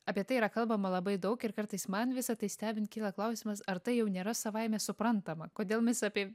apie tai yra kalbama labai daug ir kartais man visa tai stebint kyla klausimas ar tai jau nėra savaime suprantama kodėl mes apie